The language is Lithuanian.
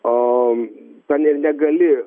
o ten ir negali